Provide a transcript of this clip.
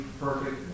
perfect